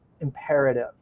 imperative